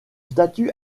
statue